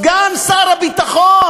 סגן שר הביטחון,